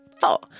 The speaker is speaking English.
four